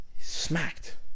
smacked